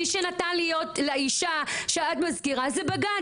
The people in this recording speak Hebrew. מי שנתן לאישה שאת מזכירה זה בג"צ,